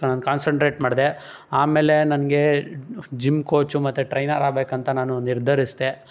concentrate ಮಾಡಿದೆ ಆಮೇಲೆ ನನಗೆ ಜಿಮ್ ಕೋಚು ಮತ್ತು ಟ್ರೈನರ್ ಆಗ್ಬೇಕಂತ ನಾನು ನಿರ್ಧರಿಸಿದೆ